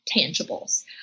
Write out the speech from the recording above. tangibles